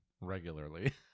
regularly